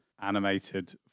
animated